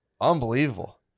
Unbelievable